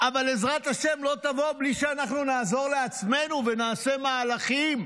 אבל עזרת השם לא תבוא בלי שאנחנו נעזור לעצמנו ונעשה מהלכים.